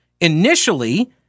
initially